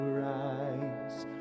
rise